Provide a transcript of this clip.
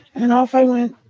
and off i went.